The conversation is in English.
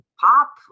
pop